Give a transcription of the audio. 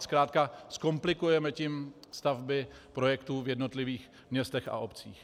Zkrátka zkomplikujeme tím stavby projektů v jednotlivých městech a obcích.